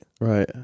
Right